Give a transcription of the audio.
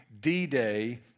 D-Day